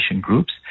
groups